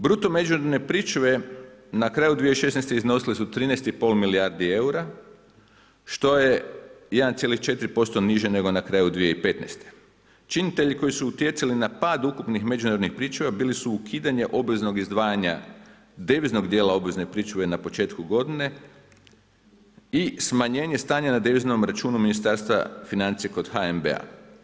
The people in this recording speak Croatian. Bruto međunarodne pričuve na kraju 2016. iznosile su 13,5 milijardi eura što je 1,4% niže nego na kraju 2015. činitelji koji su utjecali na pad ukupnih međunarodnih pričuva bili su ukidanje obveznog izdvajanja deviznog djela obvezne pričuve na početku godine i smanjenje stanja na deviznom računu Ministarstva financija kod HNB-a.